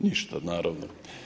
Ništa naravno.